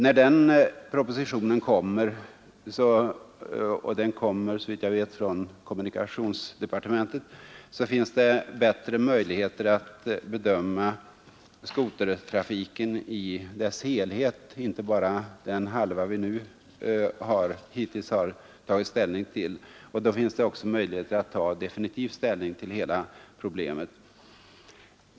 När den propositionen läggs fram såvitt jag vet är det kommunikationsdepartementet som kommer att lägga fram den finns det bättre möjligheter för oss att bedöma skotertrafiken i dess helhet, inte bara den halva som vi hittills har tagit ställning till. Då har vi också bättre möjligheter att ta definitiv ställning till hela problemet.